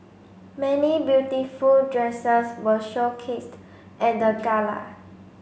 many beautiful dresses were showcased at the gala